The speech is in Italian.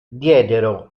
diedero